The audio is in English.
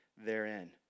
therein